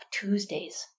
Tuesdays